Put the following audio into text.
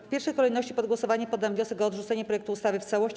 W pierwszej kolejności pod głosowanie poddam wniosek o odrzucenie projektu ustawy w całości.